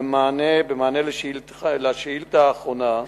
3. במענה על השאלה האחרונה,